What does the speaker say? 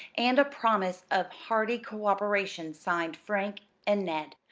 and a promise of hearty cooperation signed frank and ned.